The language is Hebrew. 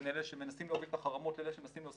בין אלה שמנסים להוביל את החרמות לאלה שמנסים לעשות